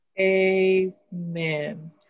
Amen